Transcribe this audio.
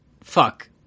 fuck